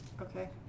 Okay